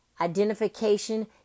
identification